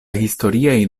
historiaj